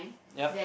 yep